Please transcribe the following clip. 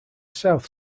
south